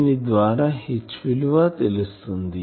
దీని ద్వారా H విలువ తెలుస్తుంది